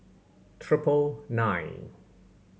triple nine